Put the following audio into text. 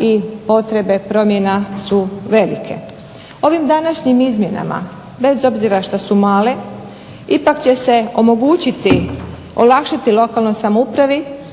i potrebe promjena su velike. Ovim današnjim izmjenama bez obzira što su male ipak će se omogućiti, olakšati lokalnoj samoupravi